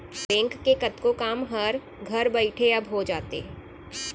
bank के कतको काम हर घर बइठे अब हो जाथे